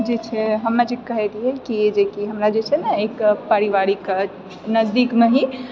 जे छै हमे जे कहए रहिऐ कि जेकि हमरा जे छै ने एक पारिवारिक नजदीकमे ही